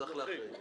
צריך להחריג.